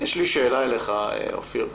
יש לי שאלה אליך, אופיר.